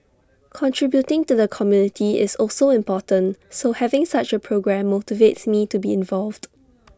contributing to the community is also important so having such A programme motivates me to be involved